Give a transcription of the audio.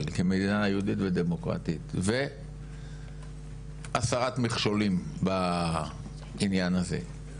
כמדינה יהודית ודמוקרטית והסרת מכשולים בעניין הזה.